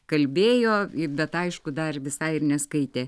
kalbėjo i bet aišku dar visai ir neskaitė